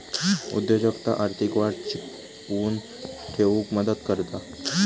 उद्योजकता आर्थिक वाढ टिकवून ठेउक मदत करता